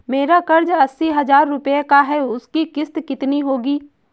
मेरा कर्ज अस्सी हज़ार रुपये का है उसकी किश्त कितनी होगी?